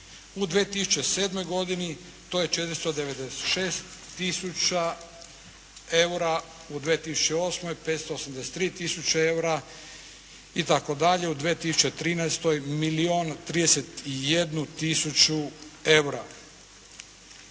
U 2007. godini to je 496 000 eura, u 2008. 583 000 eura itd., u 2013. milijun 31 000 eura.